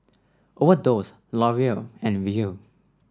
Overdose L'Oreal and Viu